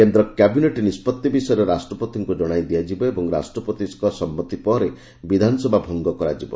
କେନ୍ଦ୍ର କ୍ୟାବିନେଟ୍ ନିଷ୍ପଭି ବିଷୟରେ ରାଷ୍ଟ୍ରପତିଙ୍କୁ ଜଣାଇ ଦିଆଯିବ ଓ ରାଷ୍ଟ୍ରପତିଙ୍କ ସମ୍ମତି ପରେ ବିଧାନସଭା ଭଙ୍ଗ କରାଯିବ